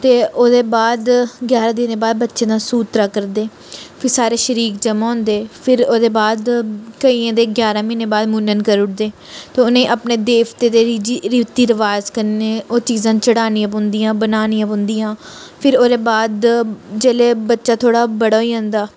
ते ओह्दे बाद ग्यारह् दिन बाद बच्चें दा सूत्तरा करदे फिर सारें शरीक जमा होंदे फिर ओह्दे बाद केइयें दे ग्याराह् म्हीनें बाद मुन्नन करु ओड़दे ते उनेंगी अपने देवते दे रिजी रीति रबाज़ कन्नै ओह् चीज़ां चढ़ानियां पौंदियां बनानियां पौंदियां फिर ओह्दे बाद जेल्लै बच्चा थोह्ड़ा बड़ा होई जंदा